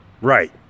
Right